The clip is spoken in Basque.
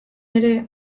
ere